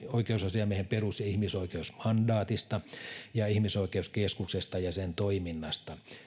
oikeusasiamiehen perus ja ihmisoikeusmandaatista ja ihmisoikeuskeskuksesta ja sen toiminnasta